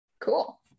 Cool